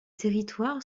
territoire